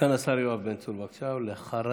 סגן השר יואב בן צור, בבקשה, ואחריו,